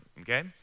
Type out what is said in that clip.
Okay